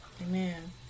Amen